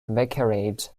vicariate